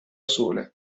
sole